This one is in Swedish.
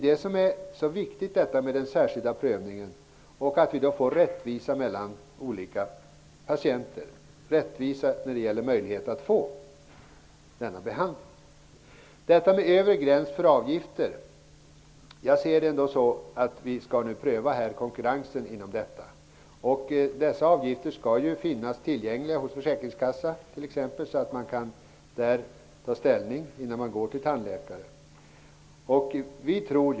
Det viktiga med den särskilda prövningen är att vi får rättvisa mellan olika patienters möjligheter att få sådan här behandling. Det talas om en övre gräns för avgifter. Jag anser att vi skall pröva konkurrens. Dessa avgifter skall finnas angivna hos t.ex. Försäkringskassan så att man kan ta ställning innan man går till tandläkaren.